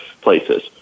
places